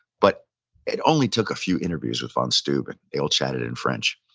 but it only took a few interviews with von steuben, they all chatted in french,